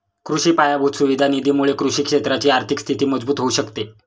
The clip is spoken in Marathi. कृषि पायाभूत सुविधा निधी मुळे कृषि क्षेत्राची आर्थिक स्थिती मजबूत होऊ शकते